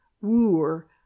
wooer